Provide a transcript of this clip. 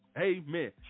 Amen